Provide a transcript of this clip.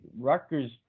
Rutgers